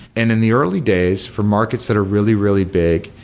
and in the early days for markets that are really, really big,